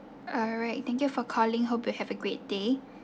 alright thank you for calling hope you have a great day